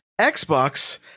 Xbox